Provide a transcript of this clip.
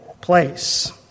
place